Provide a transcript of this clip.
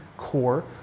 core